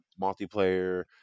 multiplayer